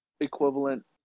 equivalent